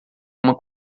uma